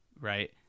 right